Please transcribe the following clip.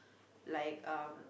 like uh